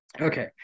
Okay